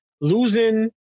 losing